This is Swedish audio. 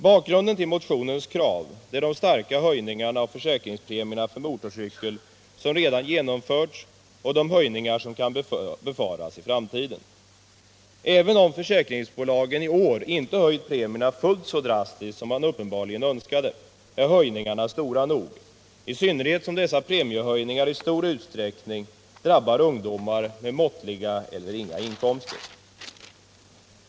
Bakgrunden till motionens krav är de starka höjningar av försäkringspremierna för motorcykel som redan genomförts och de höjningar som kan befaras i framtiden. Även om försäkringsbolagen i år inte höjt premierna fullt så drastiskt som man uppenbarligen önskade är premiehöjningarna stora nog, i synnerhet som dessa höjningar i stor utsträckning drabbar ungdomar med måttliga eller inga inkomster.